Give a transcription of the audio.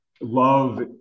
love